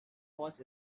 was